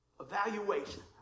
evaluation